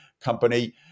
company